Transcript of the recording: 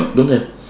don't have